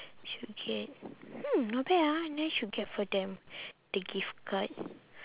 should get hmm not bad ah then I should get for them the gift card